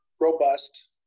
robust